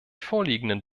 vorliegenden